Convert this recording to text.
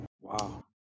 Wow